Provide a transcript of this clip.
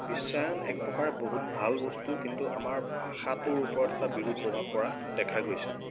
বিশ্বায়ন এক প্ৰ্ৰকাৰে বহুত ভাল বস্তু কিন্তু আমাৰ ভাষাটোৰ ওপৰত এটা বিৰূপ প্ৰভাৱ পৰা দেখা গৈছে